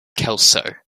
kelso